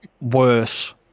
worse